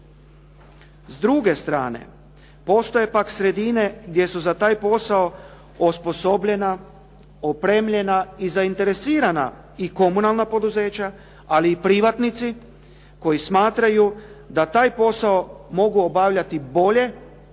S druge strane, postoje pak sredine gdje su za taj posao osposobljena, opremljena i zainteresirana i komunalna poduzeća ali i privatnici koji smatraju da taj posao mogu obavljati bolje